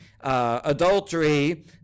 adultery